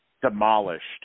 demolished